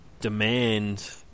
demand